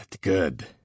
good